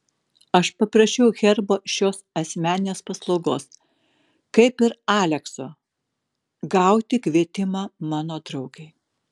aš paprašiau herbo šios asmeninės paslaugos kaip ir alekso gauti kvietimą mano draugei